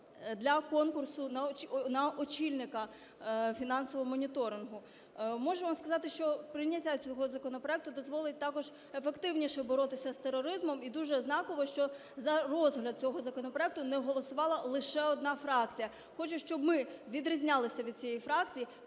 для конкурсу на очільника фінансового моніторингу. Можу вам сказати, що прийняття цього законопроекту дозволить також ефективніше боротися з тероризмом і дуже знаково, що за розгляд цього законопроекту не голосувала лише одна фракція. Хочу, щоб ми відрізнялися від цієї фракції,